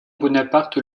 bonaparte